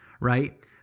right